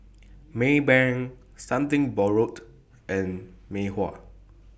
Maybank Something Borrowed and Mei Hua